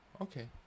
Okay